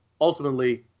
ultimately